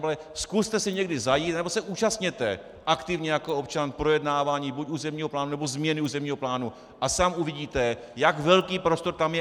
Pane poslanče Gabale, zkuste si někdy zajít anebo se účastněte aktivně jako občan projednávání buď územního plánu, nebo změny územního plánu, a sám uvidíte, jak velký prostor tam je.